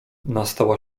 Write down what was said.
nastała